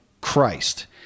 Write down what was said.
christ